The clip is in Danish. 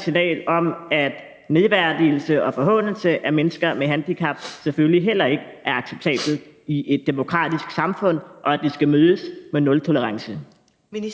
signal om, at nedværdigelse og forhånelse af mennesker med handicap selvfølgelig heller ikke er acceptabelt i et demokratisk samfund, og at det skal mødes med nultolerance. Kl.